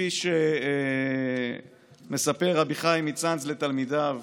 כפי שמספר רבי חיים מצאנז לתלמידיו,